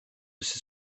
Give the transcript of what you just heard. ces